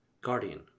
guardian